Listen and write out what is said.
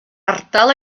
ardal